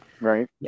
right